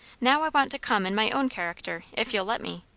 now i want to come in my own character, if you'll let me.